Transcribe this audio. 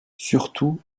surtout